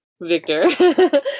Victor